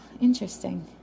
Interesting